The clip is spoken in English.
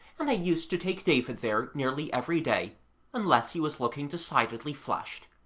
and i used to take david there nearly every day unless he was looking decidedly flushed.